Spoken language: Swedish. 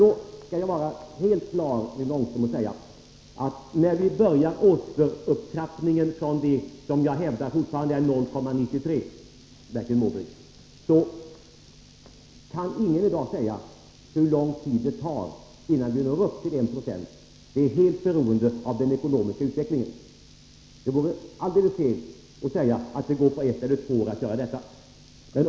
Jag skall vara helt klar, Rune Ångström. När vi börjar återupptrappningen från den nivå som jag fortfarande hävdar är 0,93 20, Bertil Måbrink, kan ingen i dag säga hur lång tid det tar innan vi når upp till 1 90. Det är helt beroende av den ekonomiska utvecklingen. Det vore alldeles fel att säga att det skulle gå på ett eller två år.